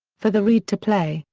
for the reed to play,